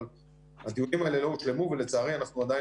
אבל הדיונים האלה לא הושלמו ולצערי אנחנו עדיין